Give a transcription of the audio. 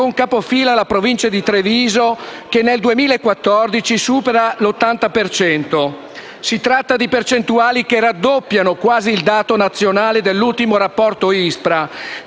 capofila la provincia di Treviso che, nel 2014, ha superato l'80 per cento. Si tratta di percentuali che raddoppiano quasi il dato nazionale dell'ultimo rapporto ISPRA,